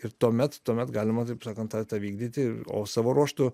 ir tuomet tuomet galima taip sakant tą vykdyti o savo ruožtu